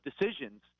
decisions